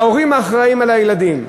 ההורים אחראים לילדים.